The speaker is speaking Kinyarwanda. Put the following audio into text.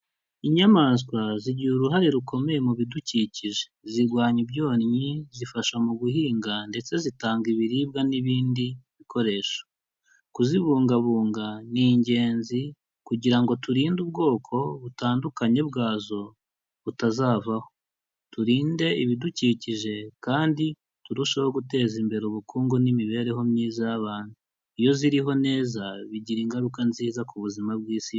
Inyamaswa zigira uruhare rukomeye mu bidukikije, zirwanya ibyonnyi, zifasha mu guhinga, ndetse zitanga ibiribwa n'ibindi bikoresho, kuzibungabunga ni ingenzi kugira ngo turinde ubwoko butandukanye bwazo butazavaho, turinde ibidukikije kandi turusheho guteza imbere ubukungu n'imibereho myiza y'abantu, iyo ziriho neza bigira ingaruka nziza ku buzima bw'isi.